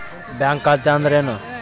Bank ಖಾತೆ ಅಂದರೆ ಏನು?